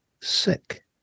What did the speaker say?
sick